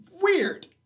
weird